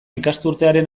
ikasturtearen